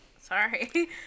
sorry